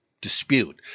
dispute